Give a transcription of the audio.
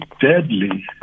deadly